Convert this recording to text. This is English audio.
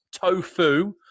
Tofu